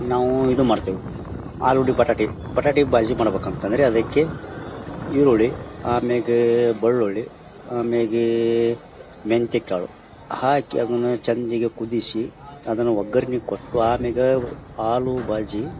ನಾವು ಇದು ಮಾಡ್ತೆವಿ ಆಲುಗಡ್ಡೆ ಬಟಾಟಿ ಬಟಾಟಿ ಬಾಜಿ ಮಾಡ್ಬಕಂತಂದರೆ ಅದಕ್ಕೆ ಈರುಳ್ಳಿ ಆಮೇಗೆ ಬೆಳ್ಳುಳ್ಳಿ ಆಮೇಗೆ ಮೆಂತೆಕಾಳು ಹಾಕಿ ಅದನ್ನ ಚಂದಿಗೆ ಕುದಿಸಿ ಅದನ್ನ ಒಗ್ಗರನಿ ಕೊಟ್ಟು ಆಮೇಗ ಆಲೂಬಾಜಿ